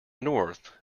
north